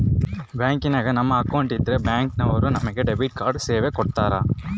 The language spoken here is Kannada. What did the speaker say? ಬ್ಯಾಂಕಿನಾಗ ನಮ್ಮ ಅಕೌಂಟ್ ಇದ್ರೆ ಬ್ಯಾಂಕ್ ನವರು ನಮಗೆ ಡೆಬಿಟ್ ಕಾರ್ಡ್ ಸೇವೆ ಕೊಡ್ತರ